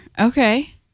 Okay